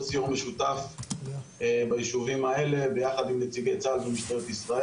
סיור משותף ביישובים האלה ביחד עם נציגי צה"ל ומשטרת ישראל.